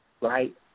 right